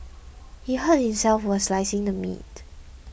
he hurt himself while slicing the meat